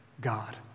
God